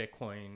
Bitcoin